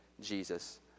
Jesus